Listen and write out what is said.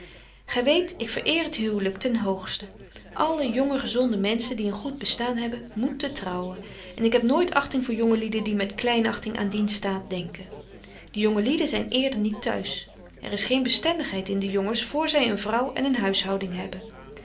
gy weet ik vereer het huwlyk ten hoogsten alle jonge gezonde menschen die een goed bestaan hebben moeten trouwen en ik heb nooit achting voor jonge lieden die met kleinachting aan dien staat denken de jonge lieden zyn eerder niet t'huis er is geen bestendigheid in de jongens voor zy een vrouw en een huishouding hebben